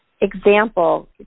example